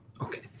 Okay